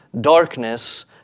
darkness